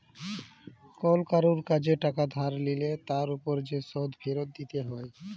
call কারুর কাজে টাকা ধার লিলে তার উপর যে শোধ ফিরত দিতে হ্যয়